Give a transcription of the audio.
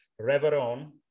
Reveron